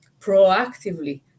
proactively